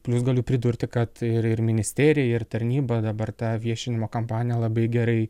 plius galiu pridurti kad ir ir ministerija ir tarnyba dabar tą viešinimo kampaniją labai gerai